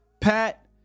Pat